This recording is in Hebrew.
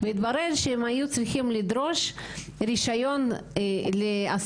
והתברר שהם היו צריכים לדרוש רישיון להעסקת